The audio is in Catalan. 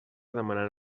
demanant